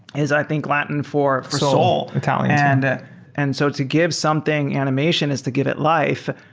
is i think latin for soul italian and and so to give something animation is to give it life.